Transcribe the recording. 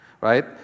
right